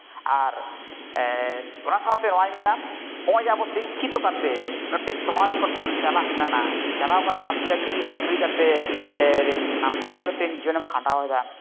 ᱟᱨ ᱚᱱᱟ ᱥᱟᱶᱛᱮ ᱱᱚᱣᱟᱧ ᱢᱮᱱᱟ ᱱᱚᱜᱼᱚᱭ ᱡᱮ ᱟᱵᱚ ᱥᱤᱠᱠᱷᱤᱛᱚ ᱠᱟᱛᱮᱫ ᱢᱤᱫᱴᱤᱡ ᱥᱚᱢᱟᱡᱽ ᱠᱷᱚᱱ ᱵᱚᱱ ᱪᱟᱞᱟᱜ ᱠᱟᱱᱟ ᱪᱟᱞᱟᱣ ᱠᱟᱛᱮᱫ ᱟᱢ ᱪᱟᱹᱠᱨᱤ ᱵᱟᱹᱠᱨᱤ ᱠᱟᱛᱮᱫ ᱱᱟᱯᱟᱭ ᱢᱤᱫᱴᱤᱱ ᱡᱤᱭᱚᱱᱮᱢ ᱠᱷᱟᱸᱱᱰᱟᱣ ᱮᱫᱟ